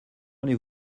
allez